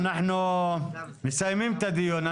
אנחנו מסיימים את הדיון.